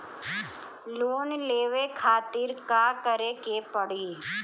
Loan लेवे खातिर का करे के पड़ी?